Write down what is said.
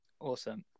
Awesome